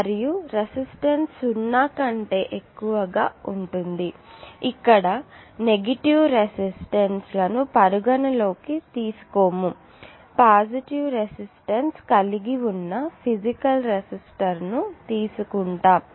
మరియు రెసిస్టెన్స్ సున్నా కంటే ఎక్కువగా ఉంటుంది ఇక్కడ నెగిటివ్ రెసిస్టెన్స్ లను పరిగణలోకి తీసుకోము పాజిటివ్ రెసిస్టెన్స్ కలిగి ఉన్న ఫిసికల్ రెసిస్టర్ ను తీసుకుంటాము